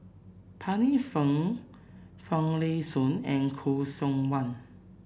Pancy Seng Finlayson and Khoo Seok Wan